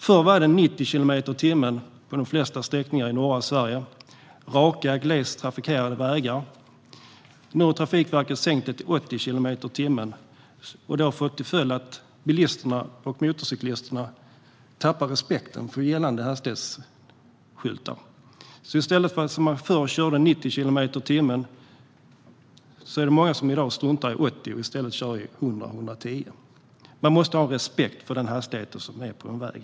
Förr var det 90 kilometer i timmen på de flesta sträckningar i norra Sverige. Det är fråga om raka och glest trafikerade vägar. Nu har Trafikverket sänkt till 80 kilometer i timmen. Det har fått till följd att bilisterna och motorcyklisterna tappar respekten för gällande hastighetsskyltar. I stället för att som förr köra 90 kilometer i timmen är det många som i dag struntar i 80 och i stället kör i 100-110. Man måste ha respekt för den hastighetsgräns som gäller på en väg.